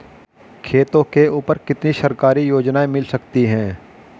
खेतों के ऊपर कितनी सरकारी योजनाएं मिल सकती हैं?